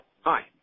Hi